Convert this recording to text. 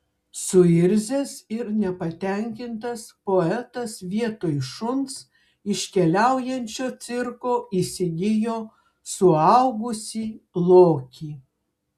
suirzęs ir nepatenkintas poetas vietoj šuns iš keliaujančio cirko įsigijo suaugusį lokį